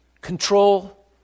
control